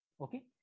Okay